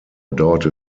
dauerte